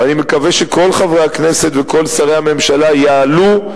ואני מקווה שכל חברי הכנסת וכל שרי הממשלה יעלו,